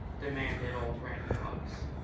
demanded old granny fox.